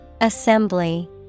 Assembly